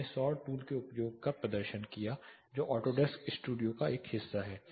मैंने सौर टूल के उपयोग का प्रदर्शन किया जो ऑटोडेस्क स्टूडियो का एक हिस्सा है